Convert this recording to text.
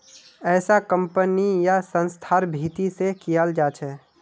ऐसा कम्पनी या संस्थार भीती से कियाल जा छे